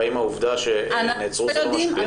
והאם העובדה שהם נעצרו זה לא משפיע?